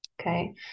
Okay